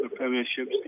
premiership